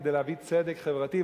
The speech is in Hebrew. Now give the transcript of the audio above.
כדי להביא צדק חברתי.